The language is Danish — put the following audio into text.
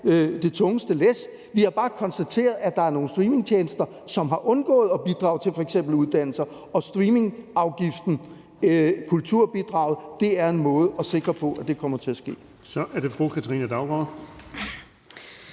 det tungeste læs. Vi har bare konstateret, at der er nogle streamingtjenester, som har undgået at bidrage til f.eks. uddannelser, og streamingafgiften, kulturbidraget, er en måde at sikre på, at det kommer til at ske. Kl. 11:16 Den fg.